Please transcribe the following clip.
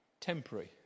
temporary